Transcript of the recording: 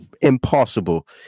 impossible